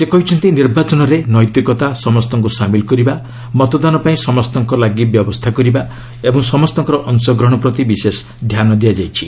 ସେ କହିଛନ୍ତି ନିର୍ବାଚନରେ ନୈତିକତା ସମସ୍ତଙ୍କୁ ସାମିଲ୍ କରିବା ମତଦାନପାଇଁ ସମସ୍ତଙ୍କ ପାଇଁ ବ୍ୟବସ୍ଥା କରିବା ଓ ସମସ୍ତଙ୍କର ଅଂଶଗ୍ରହଣ ପ୍ରତି ବିଶେଷ ଧ୍ୟାନ ଦିଆଯାଇଛି